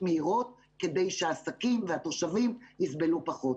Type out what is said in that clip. מהירות כדי שהעסקים והתושבים יסבלו פחות.